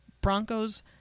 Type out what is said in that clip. Broncos